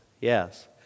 yes